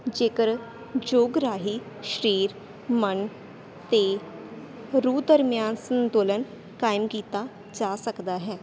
ਜੇਕਰ ਯੋਗ ਰਾਹੀਂ ਸਰੀਰ ਮਨ ਅਤੇ ਰੂਹ ਦਰਮਿਆਨ ਸੰਤੁਲਨ ਕਾਇਮ ਕੀਤਾ ਜਾ ਸਕਦਾ ਹੈ